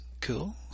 Cool